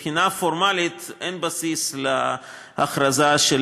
אז מבחינה פורמלית אין בסיס להכרזה של